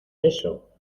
eso